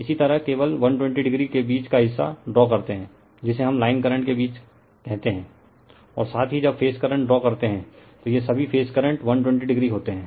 इसी तरह केवल 120o के बीच का हिस्सा ड्रा करते हैं जिसे हम लाइन करंट के बीच कहते हैं और साथ ही जब फेज़ करंट ड्रा करते हैं तो ये सभी फेज़ करंट 120o होते हैं